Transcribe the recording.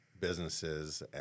businesses